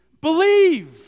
believe